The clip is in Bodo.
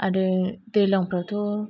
आरो दैल्जांफ्रावथ'